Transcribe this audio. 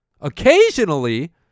occasionally